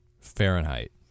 Fahrenheit